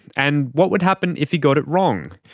and what would happen if he got it wrong?